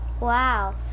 Wow